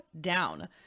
down